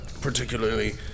Particularly